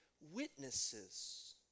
witnesses